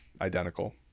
identical